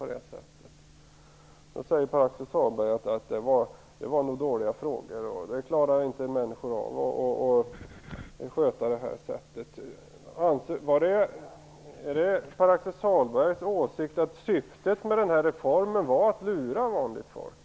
Pär-Axel Sahlberg säger att det nog var dåliga frågor och att människor inte klarar av att sköta det på rätt sätt. Är det Pär-Axel Sahlbergs åsikt att syftet med reformen var att lura vanligt folk?